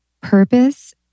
purpose